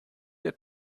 der